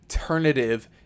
alternative